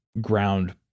ground